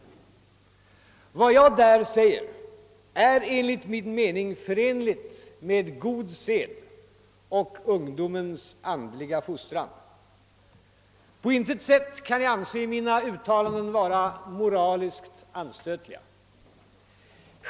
Vad jag där säger är enligt min mening förenligt med »god sed» och »ungdomens andliga fostran». På intet sätt kan jag anse mina uttalanden vara »moraliskt anstötliga».